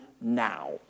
now